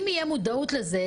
אם תהיה מודעות לזה,